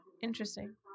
interesting